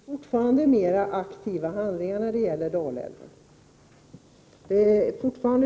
Herr talman! Jag efterlyser fortfarande mera aktiva handlingar när det gäller Dalälven.